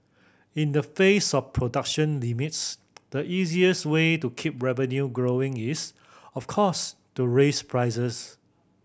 in the face of production limits the easiest way to keep revenue growing is of course to raise prices